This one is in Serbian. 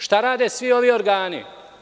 Šta rade svi ovi organi?